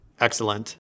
Excellent